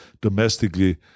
domestically